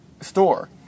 store